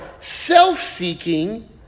self-seeking